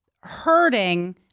Hurting